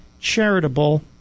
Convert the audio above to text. charitable